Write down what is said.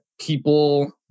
people